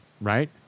right